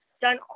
done